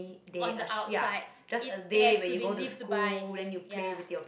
on the outside it has to be lived by